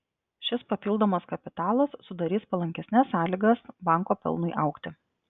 šis papildomas kapitalas sudarys palankesnes sąlygas banko pelnui augti